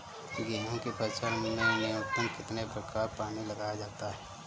गेहूँ की फसल में न्यूनतम कितने बार पानी लगाया जाता है?